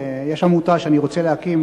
יש עמותה שאני רוצה להקים,